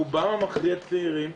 רובם המכריע צעירים,